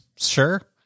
sure